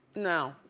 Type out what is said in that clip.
no.